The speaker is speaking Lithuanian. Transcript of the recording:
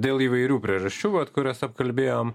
dėl įvairių priežasčių vat kurias apkalbėjom